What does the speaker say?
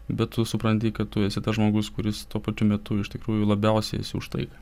bet tu supranti kad tu esi tas žmogus kuris tuo pačiu metu iš tikrųjų labiausiai esi už taiką